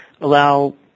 allow